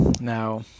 Now